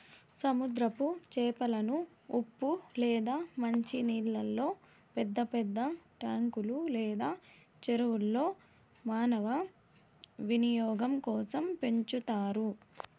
సముద్రపు చేపలను ఉప్పు లేదా మంచి నీళ్ళల్లో పెద్ద పెద్ద ట్యాంకులు లేదా చెరువుల్లో మానవ వినియోగం కోసం పెంచుతారు